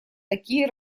такие